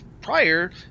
prior